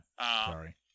sorry